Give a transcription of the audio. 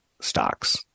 stocks